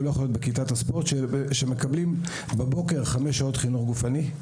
הוא לא יכול להיות בכיתת הספורט שמקבלים בבוקר חמש שעות חינוך גופני.